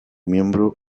miembro